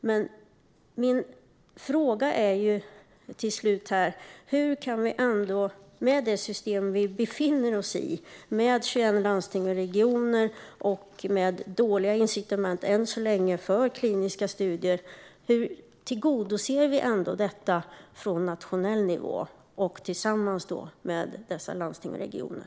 Men min fråga är till slut: Hur kan vi med det system vi befinner oss i, med 21 landsting och regioner och med dåliga incitament för kliniska studier, tillgodose detta från nationell nivå tillsammans med dessa landsting och regioner?